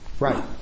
Right